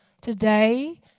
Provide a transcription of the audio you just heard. Today